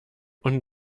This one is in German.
und